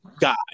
guy